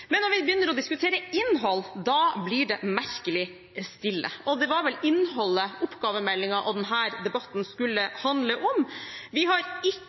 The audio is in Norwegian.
Men når vi begynner å diskutere innhold, blir det merkelig stille. Og det var vel innholdet som oppgavemeldingen og denne debatten skulle handle om. Vi har ikke